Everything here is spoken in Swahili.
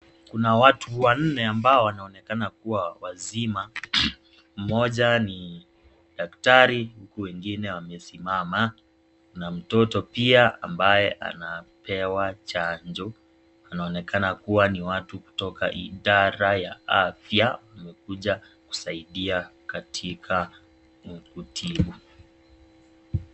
Kuna watu wanne ambao wanaonekana kuwa wazima mmoja ni daktari wengine wamesimama na mtoto pia ambaye anapewa chanjo, inaonekana kuwa ni watu kutoka idara ya afya wamekuja kusaidia katika mkutio.